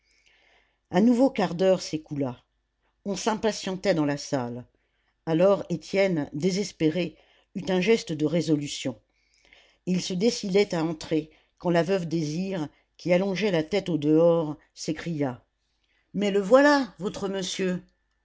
un nouveau quart d'heure s'écoula on s'impatientait dans la salle alors étienne désespéré eut un geste de résolution et il se décidait à entrer quand la veuve désir qui allongeait la tête au-dehors s'écria mais le voilà votre monsieur